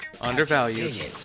undervalued